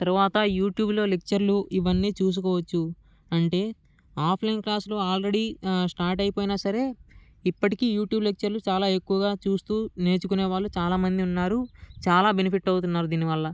తరువాత యూటుబ్లో లెక్చర్లు ఇవన్నీ చూసుకోవచ్చు అంటే ఆఫ్లైన్ క్లాసులు ఆల్రెడీ స్టార్ట్ అయిపోయినా సరే ఇప్పటికి యూట్యూబ్ లెక్చర్లు చాలా ఎక్కువగా చూసి నేర్చుకొనేవాళ్ళు చాలా మంది ఉన్నారు చాలా బెనిఫిట్ అవుతున్నారు దీనివల్ల